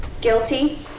guilty